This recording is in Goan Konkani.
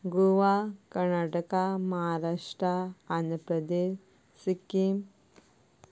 गोवा कर्नाटका म्हाराष्ट्रा आंद्रप्रदेश सिक्कीम